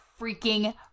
freaking